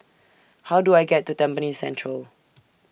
How Do I get to Tampines Central